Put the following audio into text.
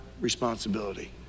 responsibility